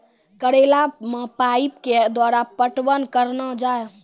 करेला मे पाइप के द्वारा पटवन करना जाए?